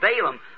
Balaam